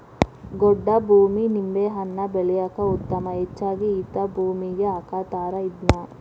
ಗೊಡ್ಡ ಭೂಮಿ ನಿಂಬೆಹಣ್ಣ ಬೆಳ್ಯಾಕ ಉತ್ತಮ ಹೆಚ್ಚಾಗಿ ಹಿಂತಾ ಭೂಮಿಗೆ ಹಾಕತಾರ ಇದ್ನಾ